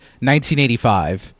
1985